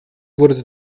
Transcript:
wurde